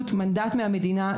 מנדט מהמדינה,